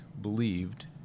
believed